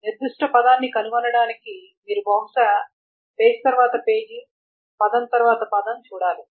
నిర్దిష్ట పదాన్ని కనుగొనడానికి మీరు బహుశా పేజీ తర్వాత పేజీ పదం తర్వాత పదం చూడాలి